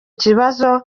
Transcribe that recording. kibazo